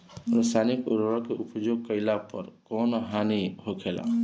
रसायनिक उर्वरक के उपयोग कइला पर कउन हानि होखेला?